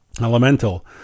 Elemental